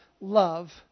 love